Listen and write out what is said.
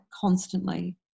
constantly